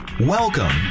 Welcome